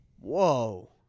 Whoa